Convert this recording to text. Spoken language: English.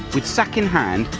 sack in hand,